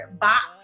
box